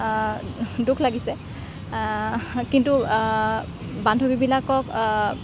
দুখ লাগিছে কিন্তু বান্ধৱীবিলাকক